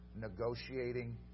negotiating